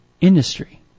industry